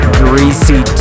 greasy